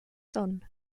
son